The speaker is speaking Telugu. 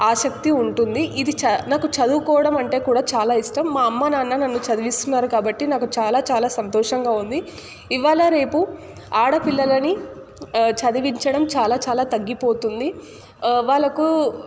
ఆసక్తి ఉంటుంది ఇది నాకు చదువుకోవడం అంటే కూడా చాలా ఇష్టం మా అమ్మ నాన్న నన్ను చదివిస్తున్నారు కాబట్టి నాకు చాలా చాలా సంతోషంగా ఉంది ఇవాళ రేపు ఆడపిల్లలని చదివించడం చాలా చాలా తగ్గిపోతుంది వాళ్ళకు